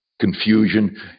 confusion